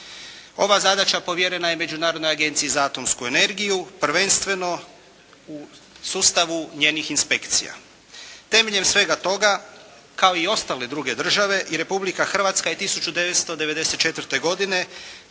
Ova zadaća povjerena je Međunarodnoj agenciji za atomsku energiju prvenstveno u sustavu njenih inspekcija. Temeljem svega toga kao i ostale druge države i Republika Hrvatska je i 1994. godine